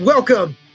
Welcome